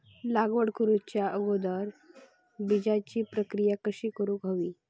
लागवड करूच्या अगोदर बिजाची प्रकिया कशी करून हवी?